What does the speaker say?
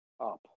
up